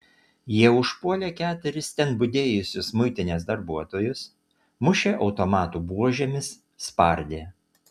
jie užpuolė keturis ten budėjusius muitinės darbuotojus mušė automatų buožėmis spardė